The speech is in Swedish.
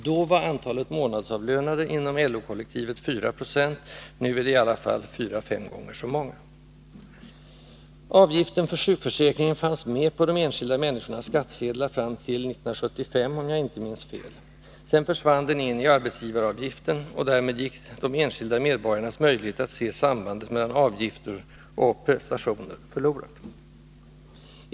Då var antalet månadsavlönade inom LO-kollektivet 4 20 — nu är de i alla fall fyra fem gånger så många. Avgiften för sjukförsäkringen fanns med på de enskilda människornas skattsedlar fram till 1975, om jag inte minns fel. Sedan försvann den in i arbetsgivaravgiften, och därmed gick de enskilda medborgarnas möjlighet att se sambandet mellan avgifter och prestationer förlorad.